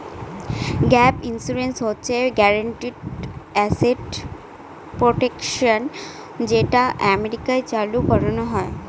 gap insurance হচ্ছে guaranteed asset protection যেটা আমেরিকায় চালু করানো হয়